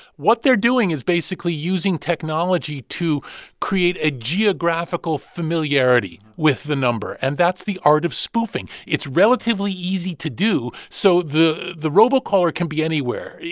what they're doing is basically using technology to create a geographical familiarity with the number. and that's the art of spoofing. it's relatively easy to do, so the the robocaller can be anywhere.